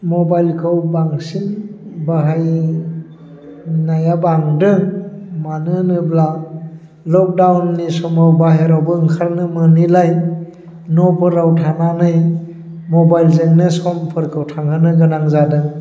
मबाइलखौ बांसिन बाहायनाया बांदों मानो होनोब्ला लकदाउननि समाव बाहेरावबो ओंखारनो मोनिलाय न'फोराव थानानै मबाइलजोंनो समफोरखौ थांहोनो गोनां जादों